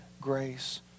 grace